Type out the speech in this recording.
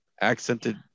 accented